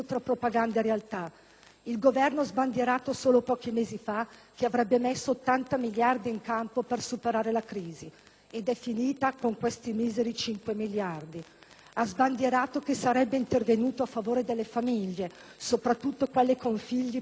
Il Governo ha sbandierato solo pochi mesi fa che avrebbe messo 80 miliardi in campo per superare la crisi, ed è finita con questi miseri 5 miliardi. Ha sbandierato che sarebbe intervenuto a favore delle famiglie, soprattutto quelle con figli perché più in difficoltà,